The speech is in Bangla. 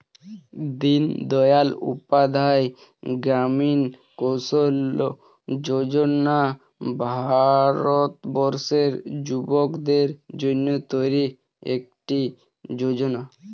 দিনদয়াল উপাধ্যায় গ্রামীণ কৌশল্য যোজনা ভারতবর্ষের যুবকদের জন্য তৈরি একটি যোজনা